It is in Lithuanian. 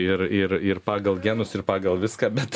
ir ir ir pagal genus ir pagal viską bet